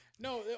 no